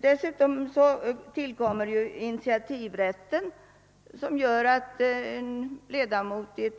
Dessutom tillkommer initiativrätten, som innebär att en utskottsledamot, om